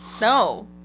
No